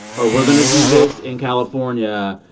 or, we're going to do this in california,